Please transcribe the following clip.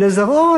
ולזרעו,